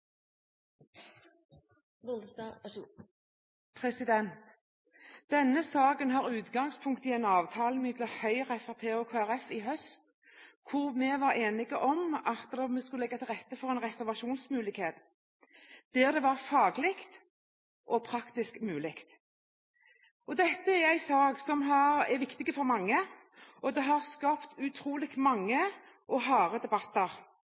i høst, hvor vi var enige om å legge til rette for en reservasjonsmulighet der hvor det var faglig og praktisk mulig. Dette er en sak som er viktig for mange, og den har skapt utrolig mange og harde debatter.